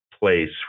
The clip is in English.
place